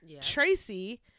Tracy